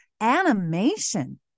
animation